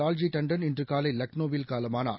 வால்ஜி தாண்டன் இன்று காலை லக்னோவில் காலமானர்